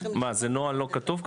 מה זה נוהל לא כתוב כזה,